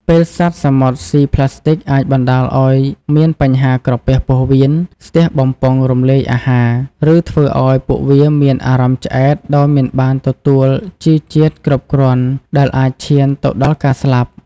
ពេលសត្វសមុទ្រសុីប្លាស្ទិកអាចបណ្តាលឱ្យមានបញ្ហាក្រពះពោះវៀន ស្ទះបំពង់រំលាយអាហារ ឬធ្វើឱ្យពួកវាមានអារម្មណ៍ឆ្អែតដោយមិនបានទទួលជីវជាតិគ្រប់គ្រាន់ ដែលអាចឈានទៅដល់ការស្លាប់។